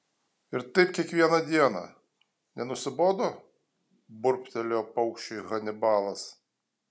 ir taip kiekvieną dieną nenusibodo burbtelėjo paukščiui hanibalas